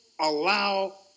allow